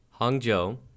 Hangzhou